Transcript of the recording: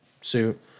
suit